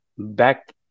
Back